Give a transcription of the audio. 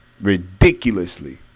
ridiculously